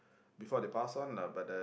before they pass on lah but the